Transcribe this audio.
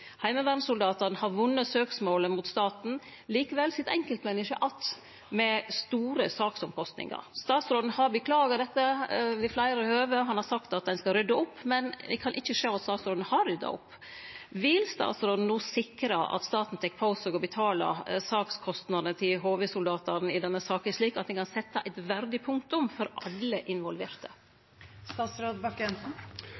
Heimevernssoldatane har vunne søksmålet mot staten. Likevel sit enkeltmenneske att med store sakskostnader. Statsråden har beklaga dette ved fleire høve, han har sagt at han skal rydde opp, men eg kan ikkje sjå at statsråden har rydda opp. Vil statsråden no sikre at staten tek på seg å betale sakskostnadene til HV-soldatane i denne saka, slik at ein kan setje eit verdig punktum for alle